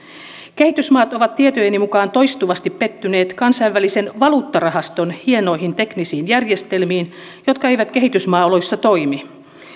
kehitysmaat ovat tietojeni mukaan toistuvasti pettyneet kansainvälisen valuuttarahaston hienoihin teknisiin järjestelmiin jotka eivät kehitysmaaoloissa toimi